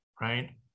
right